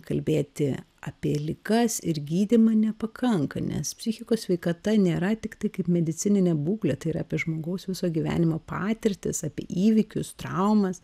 kalbėti apie ligas ir gydymą nepakanka nes psichikos sveikata nėra tiktai kaip medicininė būklė tai yra apie žmogaus viso gyvenimo patirtis apie įvykius traumas